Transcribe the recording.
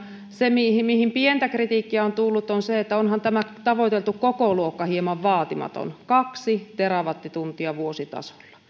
se mihin mihin pientä kritiikkiä on tullut on se että onhan tämä tavoiteltu kokoluokka hieman vaatimaton kaksi terawattituntia vuositasolla